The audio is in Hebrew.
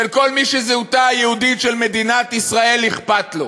של כל מי שאכפת לו